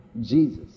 Jesus